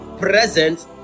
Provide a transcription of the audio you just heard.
present